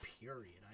period